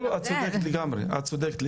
את צודקת לגמרי.